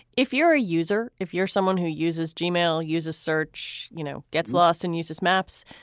if you're a user, if you're someone who uses gmail, use a search, you know, gets lost and uses maps.